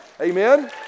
Amen